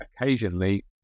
occasionally